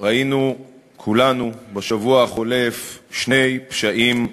ראינו כולנו בשבוע החולף שני פשעים חמורים,